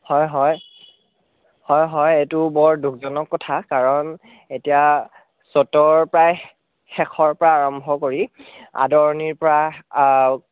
হয় হয় হয় হয় এইটো বৰ দুখজনক কথা কাৰণ এতিয়া চ'তৰ প্ৰায় শেষৰ পৰাই আৰম্ভ কৰি আদৰণিৰ পৰা